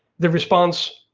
the response,